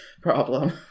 problem